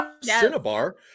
Cinnabar